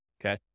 Okay